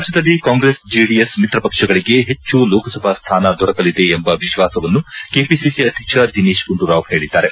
ರಾಜ್ಯದಲ್ಲಿ ಕಾಂಗ್ರೆಸ್ ಜೆಡಿಎಸ್ ಮಿತ್ರಪಕ್ಷಗಳಿಗೆ ಹೆಚ್ಚು ಲೋಕಸಭಾ ಸ್ಥಾನ ದೊರಕಲಿದೆ ಎಂಬ ವಿಶ್ವಾಸವನ್ನು ಕೆಪಿಸಿಸಿ ಅಧ್ವಕ್ಷ ದಿನೇತ್ಗುಂಡೂರಾವ್ ಹೇಳಿದ್ದಾರೆ